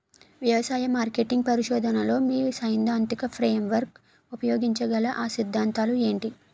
వ్యవసాయ మార్కెటింగ్ పరిశోధనలో మీ సైదాంతిక ఫ్రేమ్వర్క్ ఉపయోగించగల అ సిద్ధాంతాలు ఏంటి?